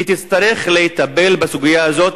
היא תצטרך לטפל בסוגיה הזאת